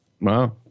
Wow